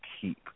keep